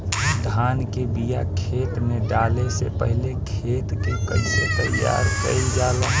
धान के बिया खेत में डाले से पहले खेत के कइसे तैयार कइल जाला?